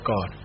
God